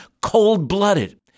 cold-blooded